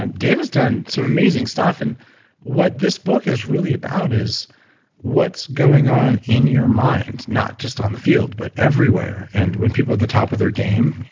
david's done some amazing stuff. and what this book is really about is what's going on in your mind, not just on the field but everywhere. and when people at the top of their game. you